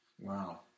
Wow